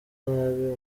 nabi